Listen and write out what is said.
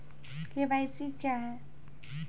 KYC क्या हैं?